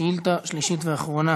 שאילתה שלישית ואחרונה